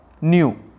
new